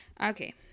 Okay